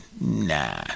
Nah